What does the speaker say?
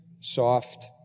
soft